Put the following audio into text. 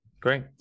Great